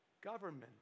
government